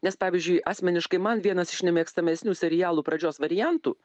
nes pavyzdžiui asmeniškai man vienas iš nemėgstamesnių serialų pradžios variantų